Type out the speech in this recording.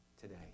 today